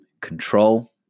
Control